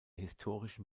historischen